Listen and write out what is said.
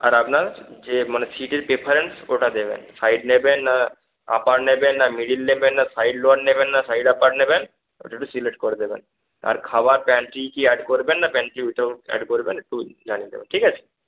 আর আপনার যে মানে সিটের প্রেফারেন্স ওটা দেবেন সাইড নেবেন না আপার নেবেন না মিডল নেবেন না সাইড লোয়ার নেবেন না সাইড আপার নেবেন ওটা একটু সিলেক্ট করে দেবেন আর খাওয়ার প্যানট্রি কি অ্যাড করবেন না প্যানট্রি উইদাউট অ্যাড করবেন একটু জানিয়ে দেবেন ঠিক আছে